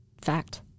fact